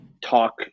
talk